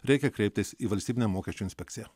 reikia kreiptis į valstybinę mokesčių inspekciją